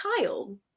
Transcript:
child